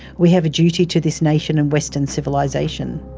we have a duty to this nation and western civilisation.